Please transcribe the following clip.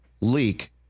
leak